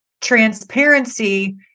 Transparency